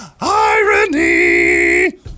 irony